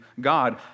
God